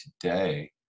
today